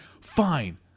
Fine